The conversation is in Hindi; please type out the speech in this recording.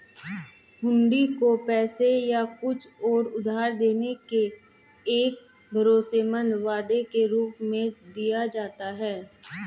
हुंडी को पैसे या कुछ और उधार लेने के एक भरोसेमंद वादे के रूप में दिया जाता है